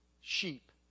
sheep